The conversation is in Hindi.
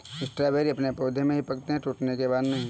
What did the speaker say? स्ट्रॉबेरी अपने पौधे में ही पकते है टूटने के बाद नहीं